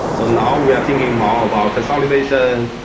so now we are thinking more about consolidation,